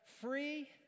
free